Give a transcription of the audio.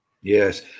Yes